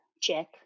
check